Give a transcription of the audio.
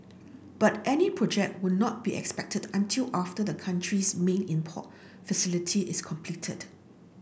but any project would not be expected until after the country's main import facility is completed